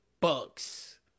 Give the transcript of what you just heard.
Bucks